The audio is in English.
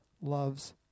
loves